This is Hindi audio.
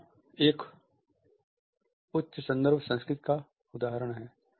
यहाँ एक उच्च संदर्भ संस्कृति का एक उदाहरण है